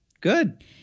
Good